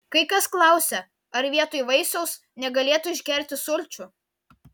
kai kas klausia ar vietoj vaisiaus negalėtų išgerti sulčių